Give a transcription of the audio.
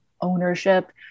ownership